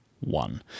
one